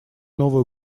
новую